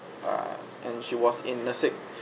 err and she was in nursing